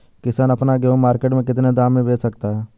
किसान अपना गेहूँ मार्केट में कितने दाम में बेच सकता है?